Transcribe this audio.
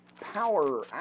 Power